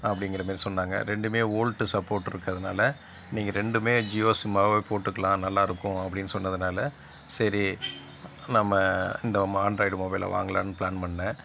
அப்படிங்கிற மாதிரி சொன்னாங்க ரெண்டுமே ஓல்டு சப்போட்டு இருக்கிறதனால நீங்க ரெண்டுமே ஜியோ சிம்மாகவே போட்டுக்கலாம் நல்லா இருக்கும் அப்படினு சொன்னதனாலே சரி நம்ம இந்த ஆண்ட்ராய்டு மொபைலை வாங்கலாம்னு பிளான் பண்ணிணேன்